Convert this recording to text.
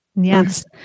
Yes